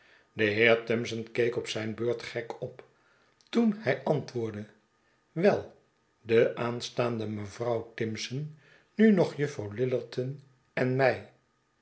de heer timson keek op zijn beurt gek op toen hij antwoordde wei de aanstaande mevrouw timson nu nog juffrouw lillerton en mij